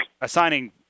assigning